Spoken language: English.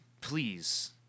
please